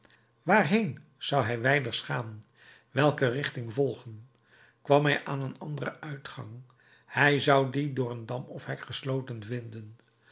waarheen zou hij wijders gaan welke richting volgen kwam hij aan een anderen uitgang hij zou dien door een dam of hek gesloten vinden